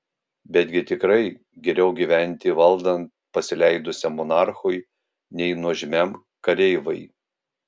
betgi tikrai geriau gyventi valdant pasileidusiam monarchui nei nuožmiam kareivai